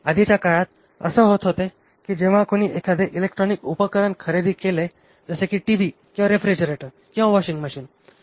आधीच्या काळात अस होत होते की जेव्हा कोणी एखादे इलेक्ट्रोनिक उपकरण खरेदी केले जसे की टीवी किंवा रेफ्रिजरेटर किंवा वाशिंग मशीन